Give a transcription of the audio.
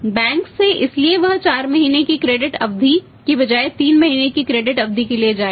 bank से इसलिए वह 4 महीने की क्रेडिट अवधि के बजाय 3 महीने की क्रेडिट अवधि के लिए जाएगा